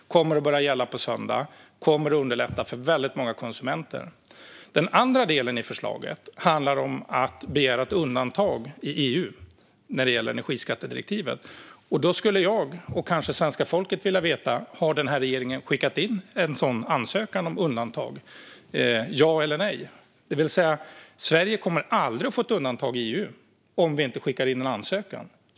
Det kommer att börja gälla på söndag och kommer att underlätta för väldigt många konsumenter. Den andra delen i förslaget handlar om att begära ett undantag i EU när det gäller energiskattedirektivet. Då skulle jag och kanske svenska folket vilja veta: Har den här regeringen skickat in en sådan ansökan om undantag - ja eller nej? Sverige kommer aldrig att få ett undantag i EU om vi inte skickar in en ansökan.